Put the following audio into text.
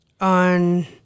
on